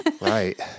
Right